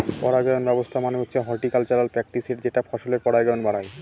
পরাগায়ন ব্যবস্থা মানে হচ্ছে হর্টিকালচারাল প্র্যাকটিসের যেটা ফসলের পরাগায়ন বাড়ায়